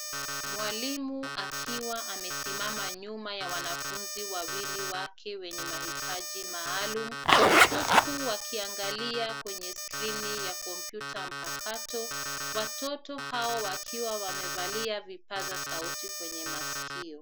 Mwalimu akiwa amesimama nyuma ya wanafunzi wawili wake wenye mahitaji maalum huku wakiangalia kwenye skrini ya kompyuta mpakato. Watoto hao wakiwa wamevalia vipaza sauti kwenye masikio.